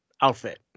outfit